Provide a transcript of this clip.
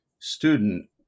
student